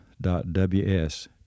w-s